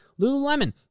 Lululemon